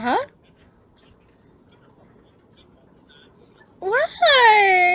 why